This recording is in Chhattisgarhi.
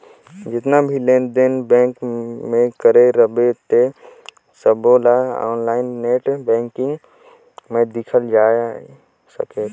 जेतना भी लेन देन बेंक मे करे रहबे ते सबोला आनलाईन नेट बेंकिग मे देखल जाए सकथे